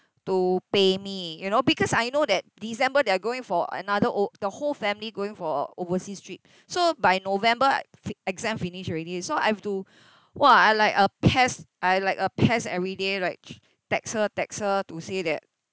to pay me you know because I know that december they're going for another o~ the whole family going for overseas trip so by november I'd fi~ exam finish already so I have to !wah! I like a pest I like a pest every day like text her text her to say that